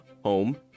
home